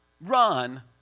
run